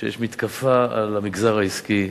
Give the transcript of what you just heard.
שיש מתקפה על המגזר העסקי,